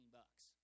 bucks